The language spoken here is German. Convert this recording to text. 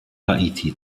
haiti